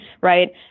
right